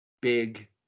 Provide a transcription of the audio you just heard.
big